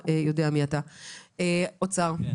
אני